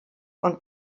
und